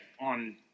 on